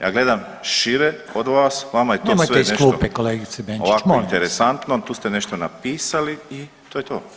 Ja gledam šire od vas, vama je to [[Upadica Reiner: Nemojte iz klupe kolegice Benčić molim vas.]] sve nešto ovako interesantno, tu ste nešto napisali i to je to.